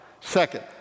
Second